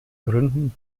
gründen